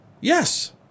Yes